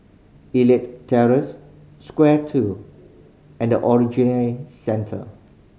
Elite Terrace Square Two and The Centre